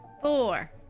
four